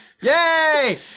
Yay